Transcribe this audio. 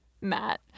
Matt